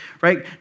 right